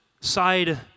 side